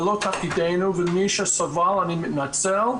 זה לא תפקידנו ומי שסבל אני מתנצל,